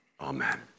Amen